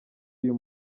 uyu